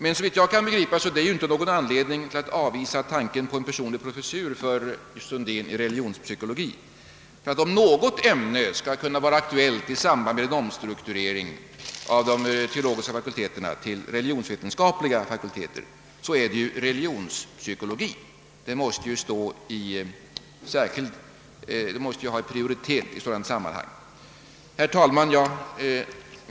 Men såvitt jag kan begripa är detta inte någon anledning att avvisa tanken på en personlig professur i religionspsykologi för Sundén. Om något ämne är aktuellt i samband med en omstrukturering av de teologiska fakulteterna till religionsvetenskapliga fakulteter är det religionspsykologi; det måste ju ha prioritet i ett sådant sammanhang. Herr talman.